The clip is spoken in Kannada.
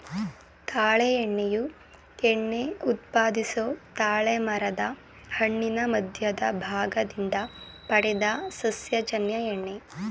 ತಾಳೆ ಎಣ್ಣೆಯು ಎಣ್ಣೆ ಉತ್ಪಾದಿಸೊ ತಾಳೆಮರದ್ ಹಣ್ಣಿನ ಮಧ್ಯದ ಭಾಗದಿಂದ ಪಡೆದ ಸಸ್ಯಜನ್ಯ ಎಣ್ಣೆ